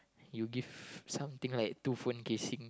you give something like two phone casing